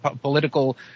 political